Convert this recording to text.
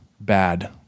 bad